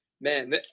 Man